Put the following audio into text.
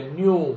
new